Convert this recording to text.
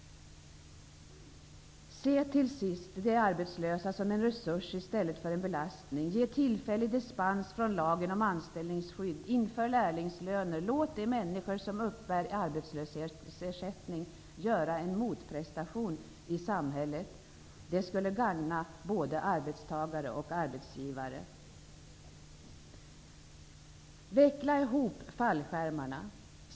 Se till sist de arbetslösa som en resurs i stället för en belastning! Ge tillfällig dispens från lagen om anställningsskydd, inför lärlingslöner, låt de människor som uppbär arbetslöshetsersättning göra en motprestation i samhället! Det skulle gagna både arbetstagare och arbetsgivare. Veckla ihop fallskärmarna!